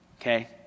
okay